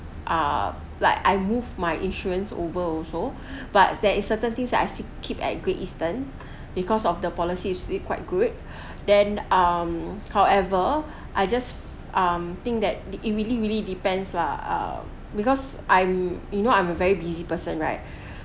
uh like I move my insurance over also but there is certain things that I still keep at Great Eastern because of the policy usually quite good then um however I just um think that it really really depends lah ah because I'm you know I'm a very busy person right